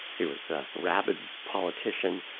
he was a rabid politician.